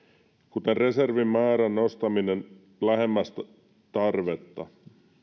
kuten reservin määrän nostaminen lähemmäs tarvetta